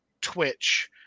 Twitch